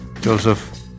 Joseph